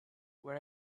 where